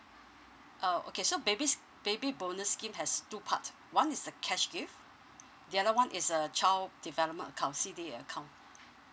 orh okay so babys baby bonus scheme has two part one is a cash gift the other one is uh child development account C_D_A account